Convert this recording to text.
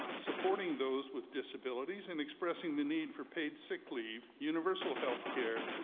supporting those with disabilities, and expressing the need for paid so lick leave, universal healthcare,